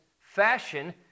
fashion